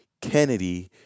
Kennedy